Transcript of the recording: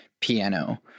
piano